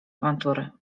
awantury